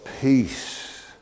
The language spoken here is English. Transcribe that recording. Peace